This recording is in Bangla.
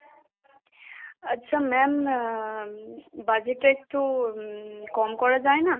আচ্ছা ম্যাম বাজেটটা একটু কম করা যায় না